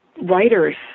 writers